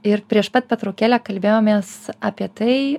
ir prieš pat pertraukėlę kalbėjomės apie tai